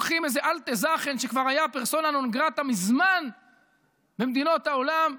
לוקחים איזה אלטע זאכן שכבר היה פרסונה נון-גרטה מזמן במדינות העולם,